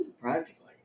Practically